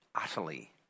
utterly